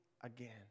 again